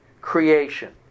creation